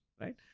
right